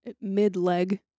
mid-leg